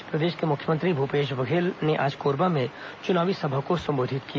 इस बीच प्रदेश के मुख्यमंत्री भूपेश बघेल ने आज कोरबा में चुनावी सभा को संबोधित किया